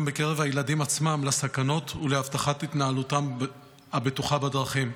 בקרב הילדים עצמם לסכנות ולהבטחת התנהלותם הבטוחה בדרכים.